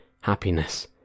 happiness